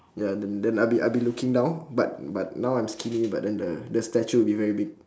ya then then I'll be I'll be looking down but but now I'm skinny but then the the statue will be very big